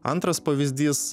antras pavyzdys